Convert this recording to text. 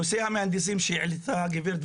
נושא המהנדסים שהעלתה הגברת,